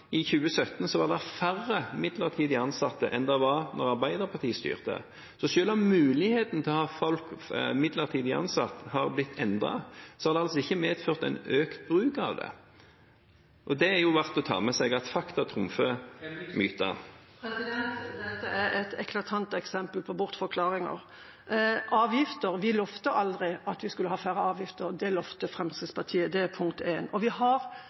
i 2017 var det færre midlertidig ansatte enn det var da Arbeiderpartiet styrte. Så selv om muligheten til å ha folk midlertidig ansatt har blitt endret, har det altså ikke medført en økt bruk av det. Det er jo verdt å ta med seg at fakta trumfer myten. Dette er et eklatant eksempel på bortforklaringer. Vi lovte aldri at vi skulle ha færre avgifter, det lovte Fremskrittspartiet – det er punkt én. Og vi har